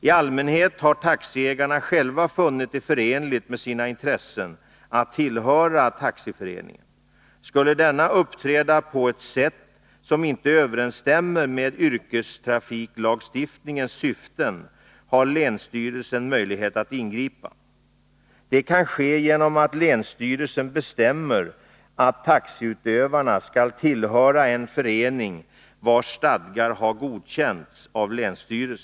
T allmänhet har taxiägarna själva funnit det förenligt med sina intressen att tillhöra taxiföreningen. Skulle denna uppträda på ett sätt som inte överensstämmer med yrkestrafiklagstiftningens syften, har länsstyrelsen möjlighet att ingripa. Det kan ske genom att länsstyrelsen bestämmer att Nr 159 taxiutövarna skall tillhöra en förening vars stadgar har godkänts av Måndagen den länsstyrelsen.